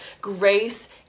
grace